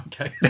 Okay